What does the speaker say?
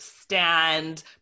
stand